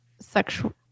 sexual